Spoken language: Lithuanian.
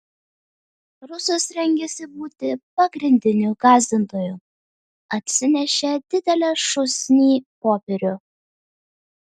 rusas rengėsi būti pagrindiniu gąsdintoju atsinešė didelę šūsnį popierių